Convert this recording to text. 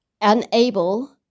unable